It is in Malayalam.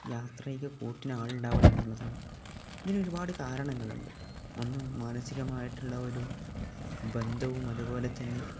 യാത്രയ്ക്കു കൂട്ടിനാളുണ്ടാവണമെന്നുള്ളതാണ് ഇതിനൊരുപാടു കാരണങ്ങളുണ്ട് ഒന്ന് മാനസികമായിട്ടുള്ള ഒരു ബന്ധവും അതുപോലെ തന്നെ